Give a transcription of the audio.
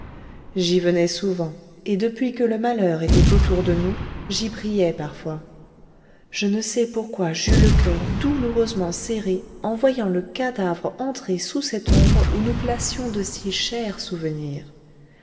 j'y venais souvent et depuis que le malheur était autour de nous j'y priais parfois je ne sais pourquoi j'eus le coeur douloureusement serré en voyant le cadavre entrer sous cette ombre où nous placions de si chers souvenirs